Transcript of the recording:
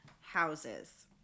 houses